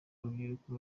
urubyiruko